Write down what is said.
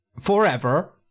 forever